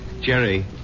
Jerry